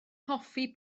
hoffi